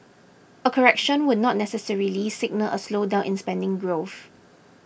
a correction would not necessarily signal a slowdown in spending growth